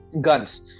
guns